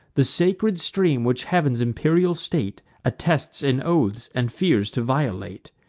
the sacred stream which heav'n's imperial state attests in oaths, and fears to violate.